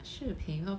视频 not